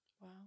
Wow